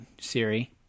Siri